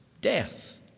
Death